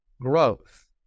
growth